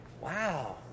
Wow